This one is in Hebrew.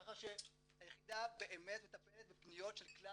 כך שהיחידה באמת מטפלת בפניות של כלל